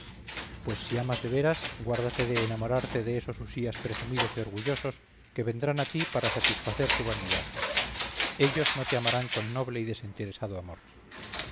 pues si amas de veras guárdate de enamorarte de esos usías presumidos y orgullosos que vendrán a ti para satisfacer su vanidad ellos no te amarán con noble y desinteresado amor